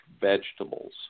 vegetables